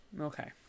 Okay